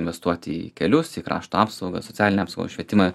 investuoti į kelius į krašto apsaugą socialinę apsaugą švietimą